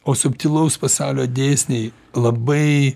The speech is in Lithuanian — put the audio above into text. o subtilaus pasaulio dėsniai labai